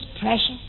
precious